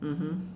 mmhmm